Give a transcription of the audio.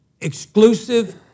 Exclusive